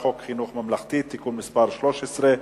על הצעת חוק חינוך ממלכתי (תיקון מס' 13),